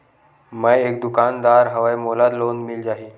मै एक दुकानदार हवय मोला लोन मिल जाही?